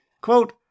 Quote